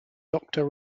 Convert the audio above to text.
doctor